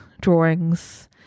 drawings